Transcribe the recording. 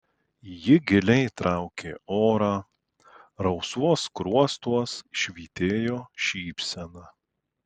ji giliai traukė orą rausvuos skruostuos švytėjo šypsena